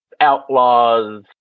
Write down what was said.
outlaws